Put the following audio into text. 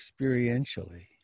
experientially